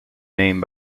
name